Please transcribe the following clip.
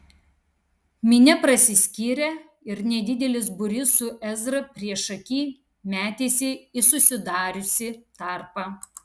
minia prasiskyrė ir nedidelis būrys su ezra priešaky metėsi į susidariusį tarpą